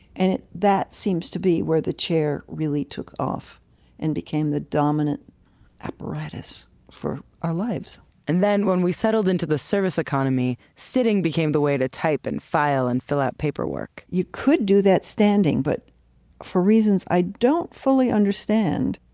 and that seems to be where the chair really took off and became the dominant apparatus for our lives and then when we settled into the service economy, sitting became the way to type, and file, and fill out paperwork you could do that standing. but for reasons i don't fully understand,